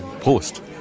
Prost